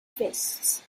fists